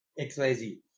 XYZ